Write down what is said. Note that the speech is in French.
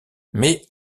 mais